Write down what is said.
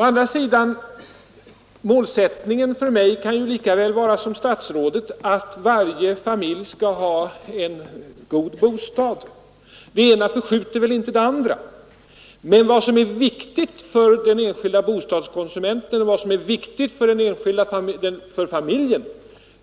Jag kan mycket väl ha samma ter i nyproducerade målsättning som statsrådet: att varje familj skall ha en god bostad. Det hus ena förskjuter inte det andra, men vad som är viktigt för den enskilde bostadskonsumenten och för den enskilda familjen